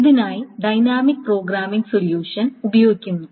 ഇതിനായി dynamic programming solution ഉപയോഗിക്കുന്നു